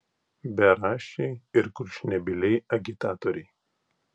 beraščiai ir kurčnebyliai agitatoriai